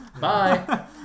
Bye